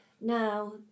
Now